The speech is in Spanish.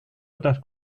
otras